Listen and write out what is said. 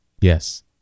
yes